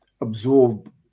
absorb